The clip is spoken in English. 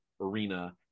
arena